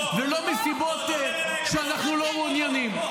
ולא מסיבות שאנחנו לא מעוניינים.